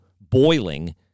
boiling